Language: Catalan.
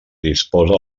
disposa